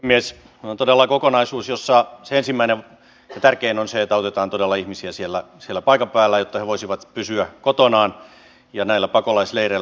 tämä on todella kokonaisuus jossa se ensimmäinen ja tärkein asia on se että autetaan todella ihmisiä siellä paikan päällä jotta he voisivat pysyä kotonaan ja näillä pakolaisleireillä